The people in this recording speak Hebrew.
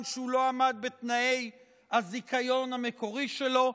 שהוא לא עמד בתנאי הזיכיון המקורי שלו,